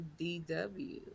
DW